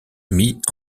mis